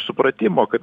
supratimo kad